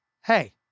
hey